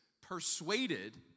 persuaded